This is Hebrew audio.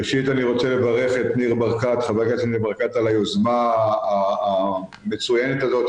ראשית אני רוצה לברך את חבר הכנסת ניר ברקת על היוזמה המצוינת הזאת.